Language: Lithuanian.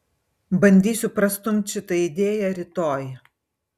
bandysiu prastumt šitą idėją rytoj